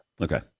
Okay